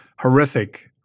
horrific